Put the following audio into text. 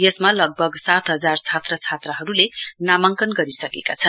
यसमा लगभग सात हजार छात्रछात्राहरूले नामाङ्कन गरिसकेका छन्